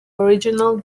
original